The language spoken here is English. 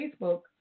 Facebook